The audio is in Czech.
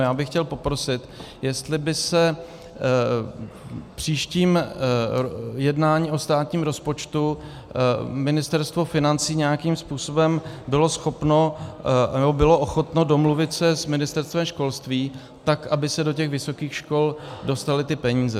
Já bych chtěl poprosit, jestli by se v příštím jednání o státním rozpočtu Ministerstvo financí nějakým způsobem bylo schopno nebo bylo ochotno domluvit s Ministerstvem školství, tak aby se do těch vysokých škol dostaly ty peníze.